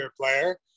player